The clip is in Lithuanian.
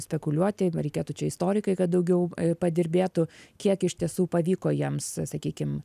spekuliuoti reikėtų čia istorikai kad daugiau padirbėtų kiek iš tiesų pavyko jiems sakykim